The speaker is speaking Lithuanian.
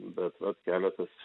bet vat keletas